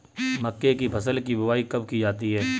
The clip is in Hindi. मक्के की फसल की बुआई कब की जाती है?